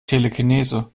telekinese